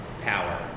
power